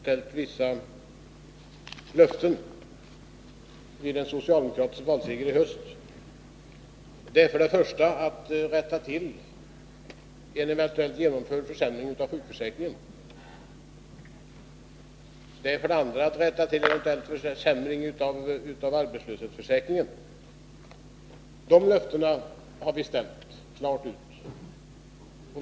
Herr talman! Vi har utställt vissa löften som vi kommer att infria vid en socialdemokratisk valseger i höst. Det är för det första att rätta till en eventuell genomförd försämring av sjukförsäkringen. Det är för det andra att rätta till försämringen av arbetslöshetsförsäkringen. Detta har vi klart lovat.